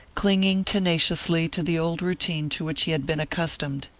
clinging tenaciously to the old routine to which he had been accustomed.